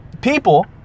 people